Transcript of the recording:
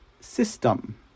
system